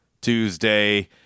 Tuesday